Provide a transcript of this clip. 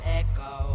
echo